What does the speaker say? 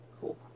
Cool